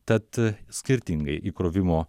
tad skirtingai įkrovimo